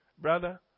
brother